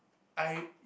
I